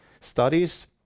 studies